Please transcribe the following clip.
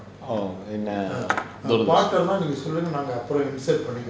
orh in err